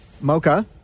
Mocha